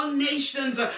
nations